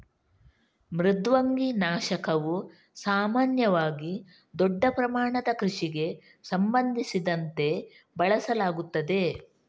ಮೃದ್ವಂಗಿ ನಾಶಕವು ಸಾಮಾನ್ಯವಾಗಿ ದೊಡ್ಡ ಪ್ರಮಾಣದ ಕೃಷಿಗೆ ಸಂಬಂಧಿಸಿದಂತೆ ಬಳಸಲಾಗುತ್ತದೆ